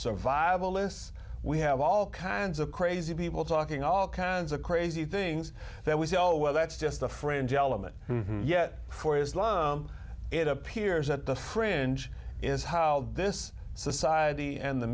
survivalists we have all kinds of crazy people talking all kinds of crazy things that was all well that's just the fringe element yet for islam it appears that the fringe is how this society and the